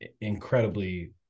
incredibly